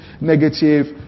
negative